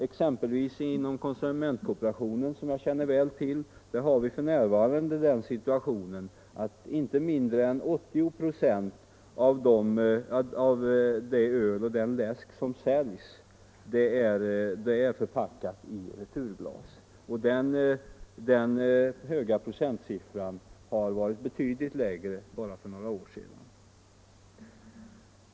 Exempelvis inom konsumentkooperationen, som jag känner väl till, är situationen f.n. den att inte mindre än 80 96 av det öl och den läsk som säljs är förpackade i returglas. Procentsiffran var betydligt lägre bara för några år sedan.